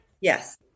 Yes